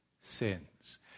sins